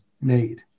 made